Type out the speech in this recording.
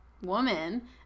woman